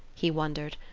he wondered,